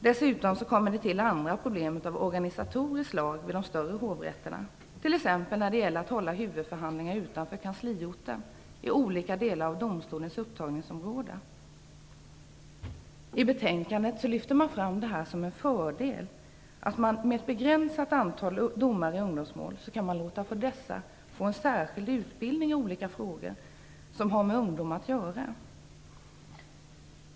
Dessutom tillkommer andra problem av organisatoriskt slag vid de större hovrätterna, t.ex. när det gäller att hålla huvudförhandlingarna utanför kansliorten i olika delar av domstolens upptagningsområde. I betänkandet lyftes det fram som en fördel att man med ett begränsat antal domare i ungdomsmål kan låta dessa få särskild utbildning i olika frågor som har med ungdom att göra.